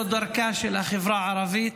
זו לא דרכה של החברה הערבית,